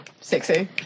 sexy